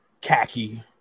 khaki